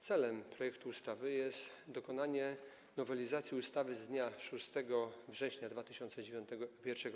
Celem projektu ustawy jest dokonanie nowelizacji ustawy z dnia 6 września 2001 r.